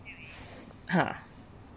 ha